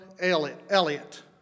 Elliot